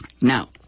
Now